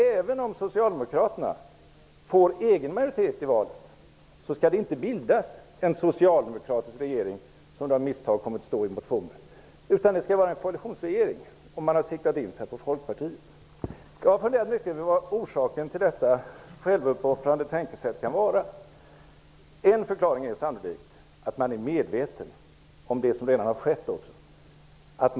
Men det har ändå varit en tes att det inte skall bildas en socialdemokratisk regering även om Socialdemokraterna får egen majoritet, vilket det av misstag har kommit att stå i motionen. Det skall vara en koalitionsregering. Man har siktat in sig på Jag har funderat mycket över vad orsaken till detta självuppoffrande tänkesätt kan vara. En förklaring är sannolikt att man är medveten om vad som redan har skett.